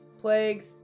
plagues